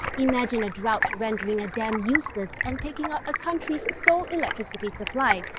imagine a drought rendering a dam useless and taking out a country's sole electricity supply.